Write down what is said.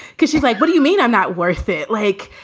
because she's like, what do you mean i'm not worth it? like,